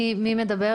אני חושבת